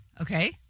Okay